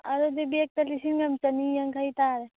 ꯑꯗꯨꯗꯤ ꯕꯦꯛꯇ ꯂꯤꯁꯤꯡ ꯑꯃ ꯆꯅꯤ ꯌꯥꯡꯈꯩ ꯇꯥꯔꯦ